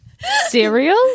Cereal